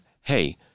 hey